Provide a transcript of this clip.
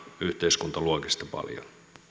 yhteiskuntaluokissa paljon